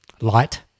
light